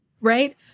right